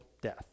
death